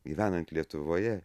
gyvenant lietuvoje